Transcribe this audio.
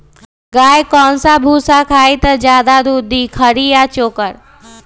गाय कौन सा भूसा खाई त ज्यादा दूध दी खरी या चोकर?